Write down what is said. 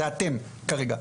זה אתם כרגע.